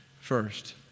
First